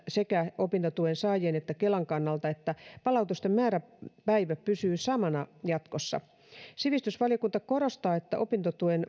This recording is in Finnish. sekä opintotuen saajien että kelan kannalta että palautusten määräpäivä pysyy samana jatkossa sivistysvaliokunta korostaa että opintotuen